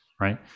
right